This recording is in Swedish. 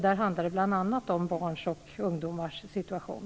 Det handlar då bl.a. om barns och ungdomars situation.